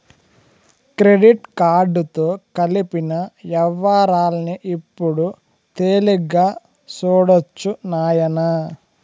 credit కార్డుతో జరిపిన యవ్వారాల్ని ఇప్పుడు తేలిగ్గా సూడొచ్చు నాయనా